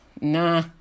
nah